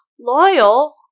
Loyal